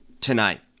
tonight